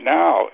now